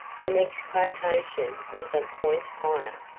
the next quotation was a point higher.